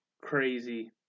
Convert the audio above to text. crazy